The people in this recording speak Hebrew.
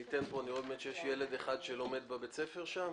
אני רואה שנמצא אתנו ילד אחד שלומד בבית ספר אורט.